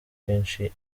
kenshi